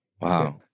wow